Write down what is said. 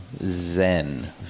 zen